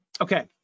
okay